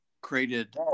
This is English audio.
created